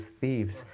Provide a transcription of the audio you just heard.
thieves